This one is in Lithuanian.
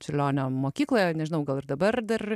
čiurlionio mokykloje nežinau gal ir dabar dar